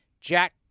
Jack